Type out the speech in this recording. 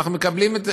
אנחנו מקבלים את זה,